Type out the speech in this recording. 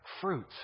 fruit